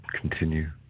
continue